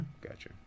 Gotcha